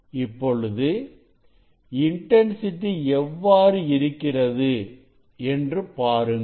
இப்பொழுது இன்டன்சிட்டி எவ்வாறு இருக்கிறது என்று பாருங்கள்